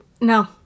No